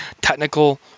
technical